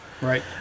Right